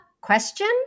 question